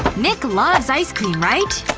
nick loves ice cream, right?